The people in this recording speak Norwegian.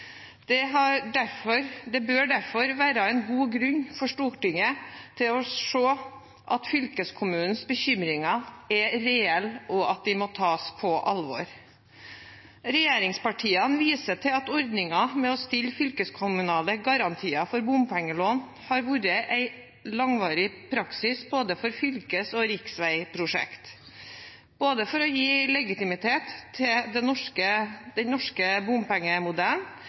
Det bør derfor være god grunn for Stortinget til å se at fylkeskommunens bekymringer er reelle, og at de må tas på alvor. Regjeringspartiene viser til at ordningen med å stille fylkeskommunale garantier for bompengelån har vært en langvarig praksis for både fylkes- og riksveiprosjekter, både for å gi legitimitet til den norske bompengemodellen,